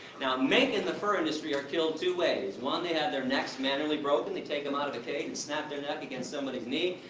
now, mink in the fur industry are killed in two ways one. they have their necks manually broken, they take them out of the cage and snap their neck against somebody's knee,